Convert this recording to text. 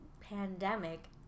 pandemic